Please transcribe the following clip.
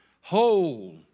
whole